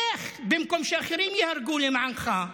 לך, במקום שאחרים יהרגו למענך.